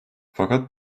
fakat